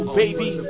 baby